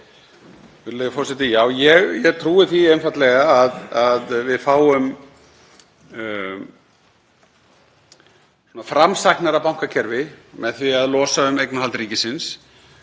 Ég trúi því einfaldlega að við fáum framsæknara bankakerfi með því að losa um eignarhald ríkisins.